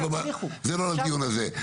זה לא לדיון הזה.